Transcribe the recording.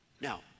Now